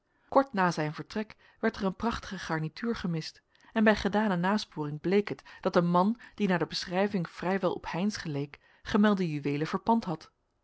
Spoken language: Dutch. kort na zijn vertrek werd er een prachtige garnituur gemist en bij gedane nasporing bleek het dat een man die naar de beschrijving vrijwel op heynsz geleek gemelde juweelen verpand had